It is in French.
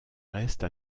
reste